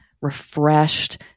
refreshed